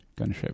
gunship